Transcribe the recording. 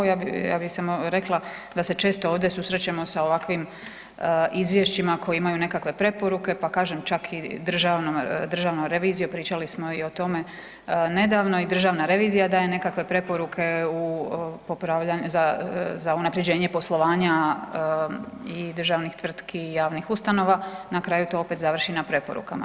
Ja bih samo rekla da se često ovdje susrećemo sa ovakvim izvješćima koji imaju nekakve preporuke, pa kažem čak i Državna revizija, pričali smo o tome nedavno i Državna revizija daje nekakve preporuke za unapređenje poslovanja i državnih tvrtki i javnih ustanova na kraju to opet završi na preporukama.